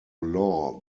law